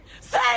Say